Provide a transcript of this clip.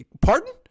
Pardon